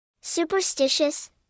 Superstitious